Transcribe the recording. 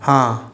हाँ